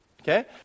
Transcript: Okay